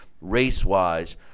race-wise